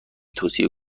توصیه